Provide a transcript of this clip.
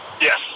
Yes